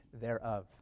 thereof